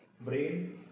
brain